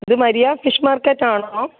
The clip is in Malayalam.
ഇത് മരിയാസ് ഫിഷ് മാർക്കറ്റ് ആണോ